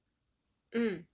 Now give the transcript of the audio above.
mm